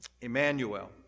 Emmanuel